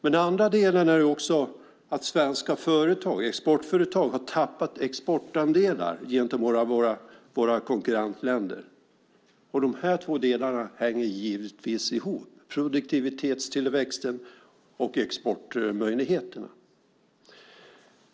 Den andra delen är att svenska exportföretag har tappat exportandelar gentemot våra konkurrentländer. Och de här två delarna hänger givetvis ihop, produktivitetstillväxten och exportmöjligheterna.